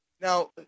now